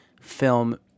film